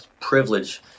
privilege